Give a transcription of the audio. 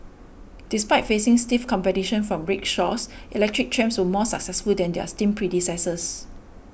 despite facing stiff competition from rickshaws electric trams were more successful than their steam predecessors